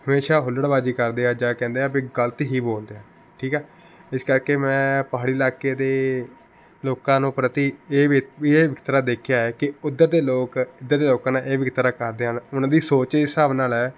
ਹਮੇਸ਼ਾਂ ਹੁਲੜਬਾਜ਼ੀ ਕਰਦੇ ਆ ਜਾਂ ਕਹਿੰਦੇ ਆ ਵੀ ਗਲਤ ਹੀ ਬੋਲਦੇ ਆ ਠੀਕ ਹੈ ਇਸ ਕਰਕੇ ਮੈਂ ਪਹਾੜੀ ਇਲਾਕੇ ਦੇ ਲੋਕਾਂ ਨੂੰ ਪ੍ਰਤੀ ਇਹ ਵਿਤ ਵੀ ਇਹ ਵਿਤਕਰਾ ਦੇਖਿਆ ਹੈ ਕਿ ਉੱਧਰ ਦੇ ਲੋਕ ਇੱਧਰ ਦੇ ਲੋਕਾਂ ਨਾਲ ਇਹ ਵਿਤਕਰਾ ਕਰਦੇ ਹਨ ਉਨ੍ਹਾਂ ਦੀ ਸੋਚ ਹੀ ਇਸ ਹਿਸਾਬ ਨਾਲ ਹੈ